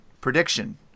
prediction